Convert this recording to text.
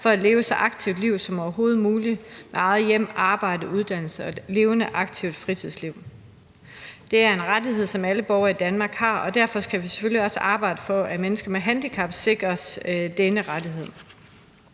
for at leve et så aktivt liv som overhovedet muligt i eget hjem og med arbejde og uddannelse og et levende, aktivt fritidsliv. Det er en rettighed, som alle borgere i Danmark har, og derfor skal vi selvfølgelig også arbejde for, at mennesker med handicap sikres denne rettighed.